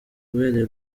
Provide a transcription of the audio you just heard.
ubereye